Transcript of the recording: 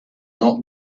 not